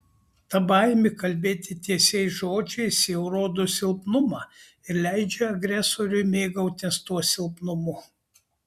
ta baimė kalbėti tiesiais žodžiais jau rodo silpnumą ir leidžia agresoriui mėgautis tuo silpnumu